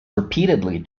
repeatedly